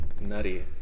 nutty